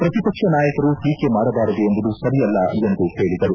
ಪ್ರತಿಪಕ್ಷದ ನಾಯಕರು ಟೀಕೆ ಮಾಡಬಾರದು ಎಂಬುದು ಸರಿಯಲ್ಲ ಎಂದು ಹೇಳಿದರು